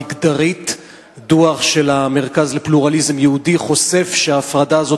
דוח של המרכז לפלורליזם יהודי חושף שההפרדה הזאת